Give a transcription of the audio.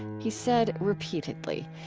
he said, repeatedly,